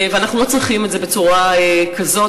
ואנחנו לא צריכים את זה בצורה כזאת.